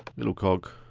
little cog.